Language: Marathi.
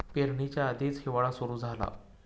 पेरणीच्या आधीच हिवाळा सुरू झाला